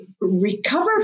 recover